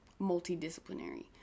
multidisciplinary